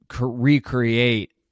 recreate